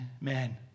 Man